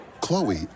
Chloe